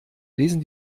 lesen